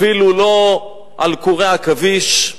אפילו לא על קורי עכביש.